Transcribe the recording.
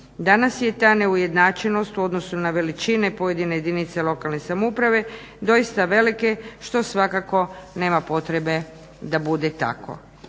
Danas je ta neujednačenost u odnosu na veličine pojedine jedinice lokalne samouprave doista velike što svakako nema potrebe da bude tako.